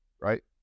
right